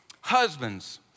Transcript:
Husbands